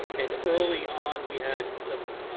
and early on, we had some